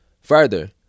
Further